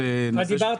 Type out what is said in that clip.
דיברת